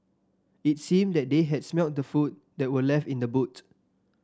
it seemed that they had smelt the food that were left in the boot